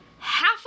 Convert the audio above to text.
half